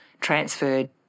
transferred